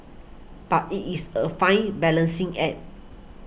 but it is a fine balancing act